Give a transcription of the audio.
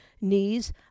knees